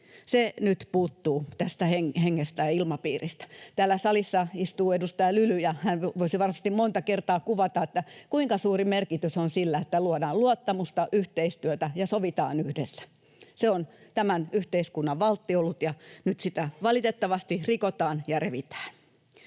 Se nyt puuttuu tästä hengestä ja ilmapiiristä. Täällä salissa istuu edustaja Lyly, ja hän voisi varmasti monta kertaa kuvata, kuinka suuri merkitys on sillä, että luodaan luottamusta, yhteistyötä ja sovitaan yhdessä. Se on tämän yhteiskunnan valtti ollut, ja nyt sitä valitettavasti rikotaan ja revitään.